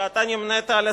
ואתה נמנית עמן,